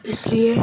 اس لیے